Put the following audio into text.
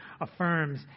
affirms